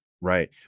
right